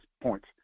points